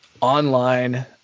online